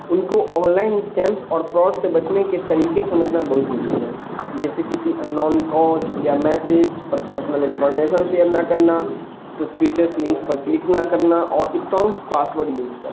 ان کو online schemes اور fraud سے بچنے کے طریقے سمجھنا بہت ضروری ہے جیسے کسی اننون کال یا میسج پر پرسنل انفارمیشن شیئر نہ کرنا سسپیشیس لنکس پر کلک نہ کرنا اور اسٹرانگ پاس ورڈ یوز کرنا